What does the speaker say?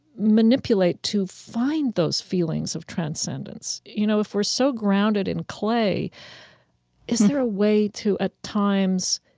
manipulate to find those feelings of transcendence? you know, if we're so grounded in clay is there a way to at times,